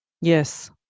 Yes